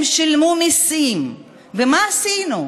הם שילמו מיסים, ומה עשינו?